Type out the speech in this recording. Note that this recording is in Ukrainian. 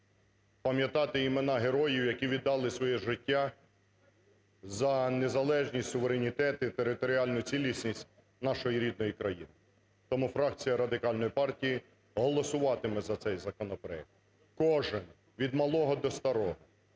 пам'ятати імена героїв, які віддали своє життя за незалежність, суверенітет і територіальну цілісність нашої рідної країни. Тому фракція Радикальної партії голосуватиме за цей законопроект. Кожен, від малого до старого